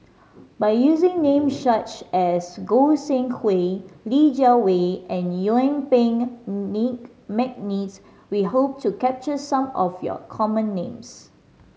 by using names such as Goi Seng Hui Li Jiawei and Yuen Peng Nick McNeice we hope to capture some of your common names